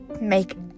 make